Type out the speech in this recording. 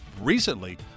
recently